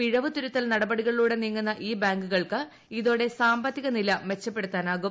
പിഴവു തിരുത്തൽ നടപടികളിലൂടെ നീങ്ങുന്ന ഈ ബാങ്കുകൾക്ക് ഇതോടെ സാമ്പത്തിക നില മെച്ചപ്പെടുത്താനാകും